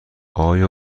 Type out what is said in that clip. آیا